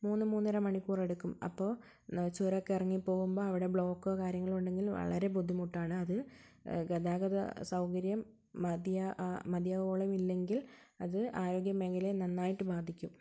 മൂന്ന് മൂന്നര മണിക്കൂർ എടുക്കും അപ്പോൾ ചുരം ഒക്കെ ഇറങ്ങി പോകുമ്പോൾ അവിടെ ബ്ലോക്കോ കാര്യങ്ങളോ ഉണ്ടെങ്കിൽ വളരെ ബുദ്ധിമുട്ടാണ് അത് ഗതാഗത സൗകര്യം മതിയ മതിയാവോളം ഇല്ലെങ്കിൽ അത് ആരോഗ്യ മേഖലയെ നന്നായിട്ട് ബാധിക്കും